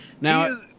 Now